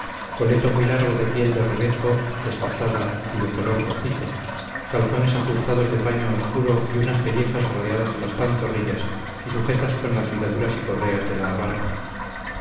coleto muy largo de piel de rebezo destazada y de color rojizo calzones ajustados de paño oscuro y unas pellejas rodeadas a las pantorrillas y sujetas con las ligaduras y correas de la abarca